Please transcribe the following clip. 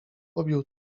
pobił